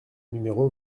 numéro